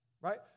right